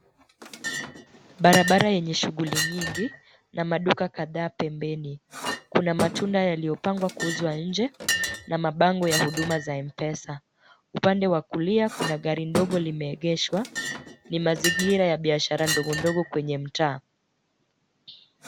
Barabara yenye shughuli nyingi na maduka kadhaa pembeni. Kuna matunda yaliyopangwa kuuzwa nje na mabango ya huduma za mpesa. Upande wa kulia kuna gari ndogo limeegeshwa. Ni mazingira ya biashara ndogondogo kwenye mtaa.